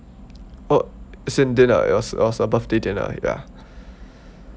oh it's a dinner it was was a birthday dinner ya